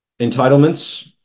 entitlements